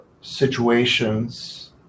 situations